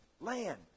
Land